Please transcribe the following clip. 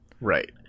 Right